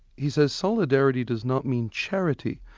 he says, solidarity does not mean charity,